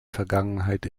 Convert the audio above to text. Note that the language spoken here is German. vergangenheit